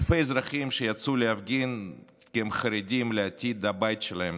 אלפי אזרחים שיצאו להפגין כי הם חרדים לעתיד הבית שלהם,